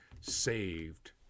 saved